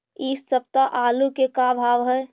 इ सप्ताह आलू के का भाव है?